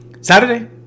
Saturday